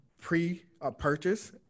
pre-purchase